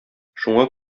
шуңа